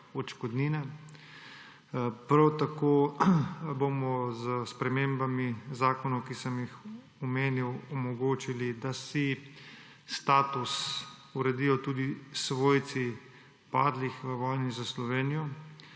odškodnine. Prav tako bomo s spremembami zakonov, ki sem jih omenil, omogočili, da si status uredijo tudi svojci padlih v vojni za Slovenijo.